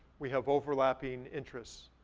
we have overlapping interests,